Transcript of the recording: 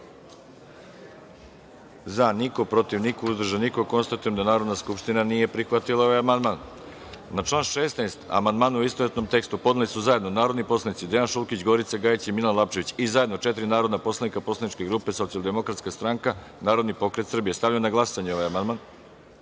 za – niko, protiv – niko, uzdržanih – nema. Konstatujem da Narodna skupština nije prihvatila ovaj amandman. Na član 16. amandmane, u istovetnom tekstu, podneli su zajedno narodni poslanici Dejan Šulkić, Gorica Gajić i Milan Lapčević i zajedno četiri narodna poslanika poslaničke grupe Socijaldemokratska stranka, Narodni pokret Srbije. Stavljam na glasanje ovaj